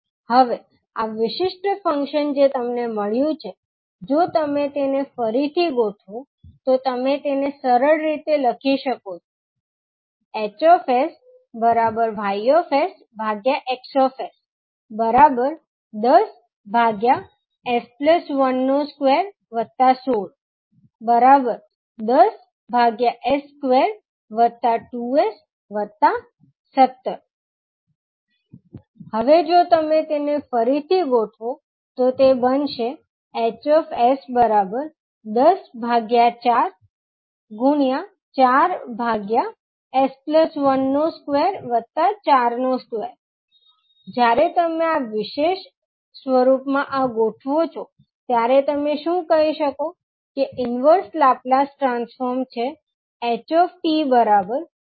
હવે આ વિશિષ્ટ ફંક્શન જે તમને મળ્યું છે જો તમે તેને ફરીથી ગોઠવો તો તમે તેને સરળ રીતે લખી શકો છો H YX 10〖S1〗216 10S22S17 હવે જો તમે ફરીથી ગોઠવો તે બનશે H 104 4S1242 જ્યારે તમે આ વિશેષ સ્વરૂપમાં આ ગોઠવો છો ત્યારે તમે શું કહી શકો કે ઇન્વર્સ લાપ્લાસ ટ્રાન્સફોર્મ છે ℎ𝑡 2